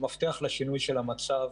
המפתח לשינוי של המצב,